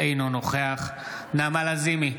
אינו נוכח נעמה לזימי,